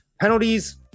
Penalties –